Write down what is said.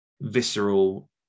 visceral